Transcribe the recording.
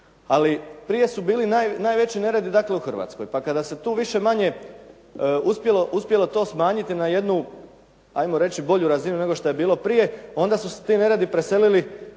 Ali prije su bili najveći neredi u Hrvatskoj. Pa kada se tu više-manje uspjelo to smanjiti na jednu ajmo reći bolju razinu nego što je bilo prije onda su se ti neredi preselili